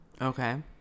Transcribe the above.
Okay